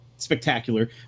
Spectacular